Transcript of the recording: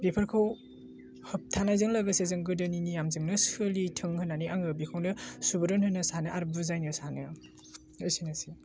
बेफोरखौ होबथानायजों लोगोसे जों गोदोनि नियमजोंनो सोलिथों होन्नानै आङो बेखौनो सुबुरुन होनो सानो आर बुजायनो सानो एसेनोसै